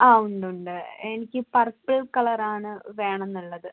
ആ ഉണ്ടുണ്ട് എനിക്ക് പർപ്പിൾ കളറാണ് വേണമെന്നുള്ളത്